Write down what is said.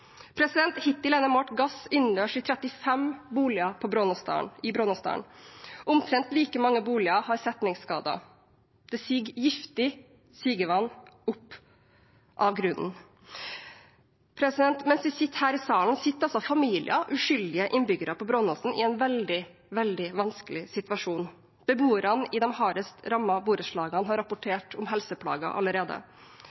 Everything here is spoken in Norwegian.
Hittil er det målt gass innendørs i 35 boliger i Brånåsdalen. Omtrent like mange boliger har setningsskader. Det siger giftig vann opp av grunnen. Mens vi sitter her i salen, sitter familier, uskyldige innbyggere, på Brånåsen i en veldig, veldig vanskelig situasjon. Beboerne i de hardest rammede borettslagene har